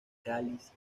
cáliz